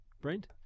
Brent